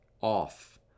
off